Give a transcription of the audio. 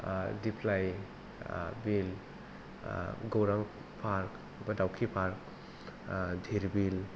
दिफ्लाय बिल गौरां पार्क बा दावखि पार्क दिर बिल